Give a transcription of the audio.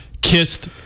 kissed